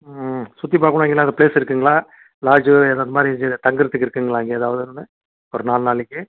சுற்றி பார்க்கணும் எங்கேனாது பிளேஸ் இருக்குதுங்களா லாட்ஜு இதுமாதிரி தங்கிறதுக்கு இருக்குதுங்களா அங்கே ஏதாவது ஒன்று ஒரு நாலு நாளைக்கு